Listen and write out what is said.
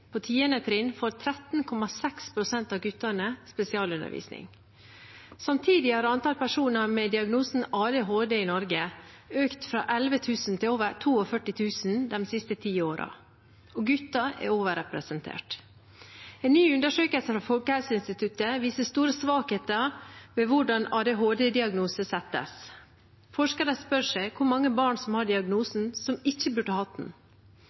På 10. trinn får 13,6 pst. av guttene spesialundervisning. Samtidig har antall personer med diagnosen ADHD i Norge økt fra 11 000 til over 42 000 de siste ti årene, og gutter er overrepresentert. En ny undersøkelse fra Folkehelseinstituttet viser store svakheter ved hvordan ADHD-diagnose settes. Forskere spør seg hvor mange barn som har diagnosen, som ikke burde hatt den.